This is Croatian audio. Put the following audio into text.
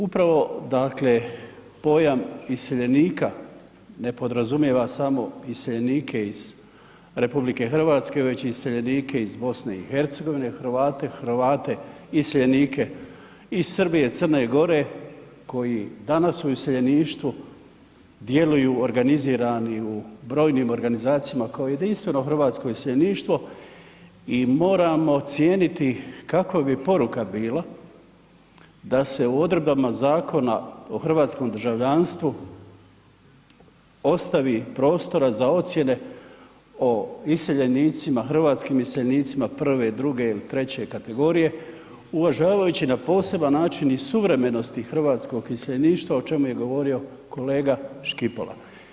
Upravo dakle pojam iseljenika ne podrazumijeva samo iseljenike iz RH već iseljenike iz BiH, Hrvate, Hrvate iseljenike iz Srbije i Crne Gore koji danas u iseljeništvu djeluju organizirani u brojnim organizacijama kao jedinstveno hrvatsko iseljeništvo i moramo cijeniti kakva bi poruka bila da se u odredbama Zakona o hrvatskom državljanstvu ostavi prostora za ocjene o iseljenicima, hrvatskim iseljenicima prve, druge ili treće kategorije uvažavajući na poseban način i suvremenosti hrvatskog iseljeništva o čemu je govorio kolega Škipola.